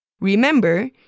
Remember